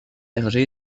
hergé